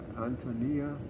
Antonia